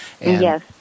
Yes